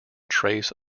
trace